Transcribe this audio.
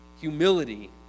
Humility